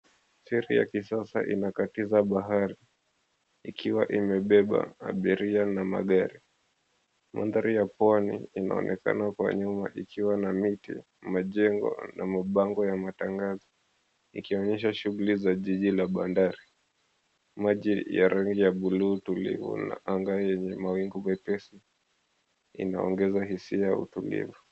Feri ya kisasa inakatiza bahari, ikiwa imebeba abiria na magari. Mandhari ya pwani inaonekana kwa nyuma ikiwa na miti, majengo na mabango ya matangazo, ikionyesha shughuli za jiji la Bandari. Maji ya rangi ya buluu tulivu na anga yenye mawingu mepesi inaongeza hisia ya utulivu.